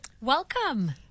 Welcome